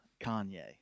Kanye